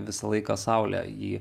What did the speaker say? visą laiką saulė jį